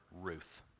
Ruth